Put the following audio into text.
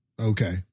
Okay